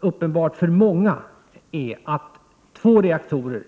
Uppenbart för många är att två reaktorer